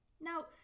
Now